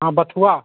हाँ बथुआ